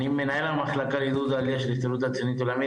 אני מנהל המחלקה לעידוד עלייה של ההסתדרות הציונית העולמית